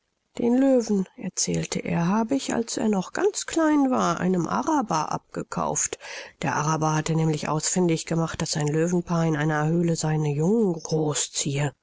den löwen erzählte er habe ich als er noch ganz klein war einem araber abgekauft der araber hatte nämlich ausfindig gemacht daß ein löwenpaar in einer höhle seine jungen groß